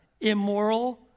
Immoral